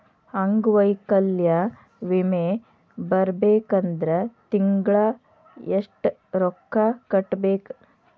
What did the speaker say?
ಅಂಗ್ವೈಕಲ್ಯ ವಿಮೆ ಬರ್ಬೇಕಂದ್ರ ತಿಂಗ್ಳಾ ಯೆಷ್ಟ್ ರೊಕ್ಕಾ ಕಟ್ಟ್ಬೇಕ್?